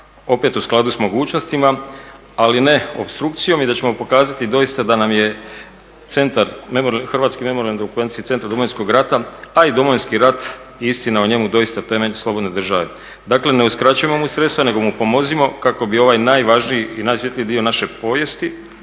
opet u skladu s mogućnostima ali ne opstrukcijom, i da ćemo pokazati doista da nam je Hrvatski memorijalno-dokumentacijski centar Domovinskog rata a i Domovinski rat i istina o njemu doista temelj slobodne države. Dakle, ne uskraćujmo mu sredstva nego mu pomozimo kako bi ovaj najvažniji i najsvjetliji dio naše povijesti,